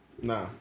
Nah